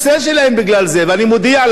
ואני מודיע לך, נכון, אל תפריע לי,